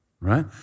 right